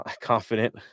confident